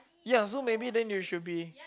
ya so maybe then you should be